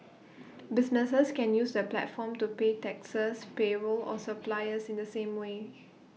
businesses can use the platform to pay taxes payroll or suppliers in the same way